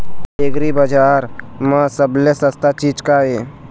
एग्रीबजार म सबले सस्ता चीज का ये?